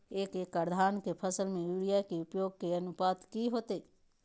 एक एकड़ धान के फसल में यूरिया के उपयोग के अनुपात की होतय?